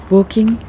Walking